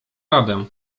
radę